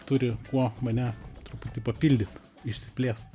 turi kuo mane truputį papildyt išsiplėst